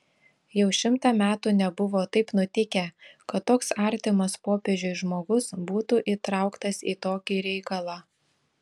jau šimtą metų nebuvo taip nutikę kad toks artimas popiežiui žmogus būtų įtraukas į tokį reikalą